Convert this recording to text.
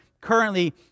currently